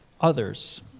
others